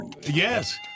Yes